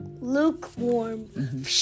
Lukewarm